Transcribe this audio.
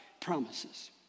promises